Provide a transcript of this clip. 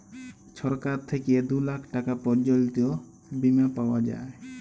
ছরকার থ্যাইকে দু লাখ টাকা পর্যল্ত বীমা পাউয়া যায়